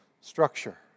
structure